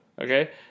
Okay